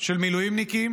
של מילואימניקים